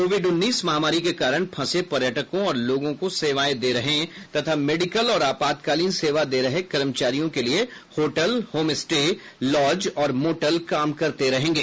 Covid उन्नीस महामारी के कारण फंसे पर्यटकों और लोगों को सेवाएं दे रहे तथा मेडिकल और आपातकालीन सेवा दे रहे कर्मचारियों के लिए होटल होमस्टे लॉज और मोटल काम करते रहेंगे